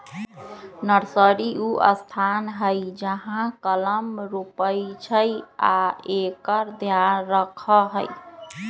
nursery उ स्थान हइ जहा कलम रोपइ छइ आ एकर ध्यान रखहइ